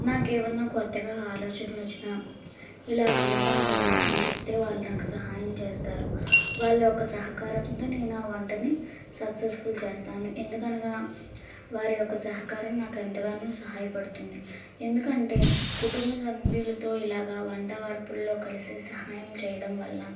నాకు ఏమన్నా కొత్తగా ఆకలోచన్లు వచ్చినా ఇలా వండుదాం వదిన అని చెప్తే వాళ్ళు నాకు సహాయం చేస్తారు వాళ్ళు యొక్క సహకారంతో నేను ఆ వంటని సక్సెస్ఫుల్ చేస్తాను ఎందుకనగా వారి యొక్క సహకారం నాకు ఎంతగానో సహాయ పడుతుంది ఎందుకంటే కుటుంబ సభ్యులతో ఇలాగ వంట వార్పుల్లో కలిసి సహాయం చేయడం వల్ల